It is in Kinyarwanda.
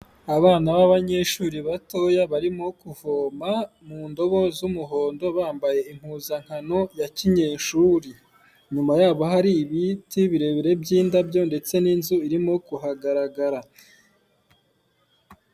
Abana b'abanyeshuri batoya barimo kuvoma, mu ndobo z'umuhondo bambaye impuzankano ya kinyeshuri, inyuma yabo hari ibiti birebire by'indabyo ndetse n'inzu irimo kuhagaragara.